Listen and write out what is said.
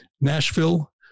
Nashville